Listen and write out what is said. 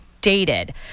dated